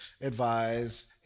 advise